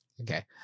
Okay